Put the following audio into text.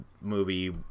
movie